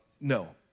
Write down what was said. no